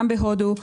גם בהודו,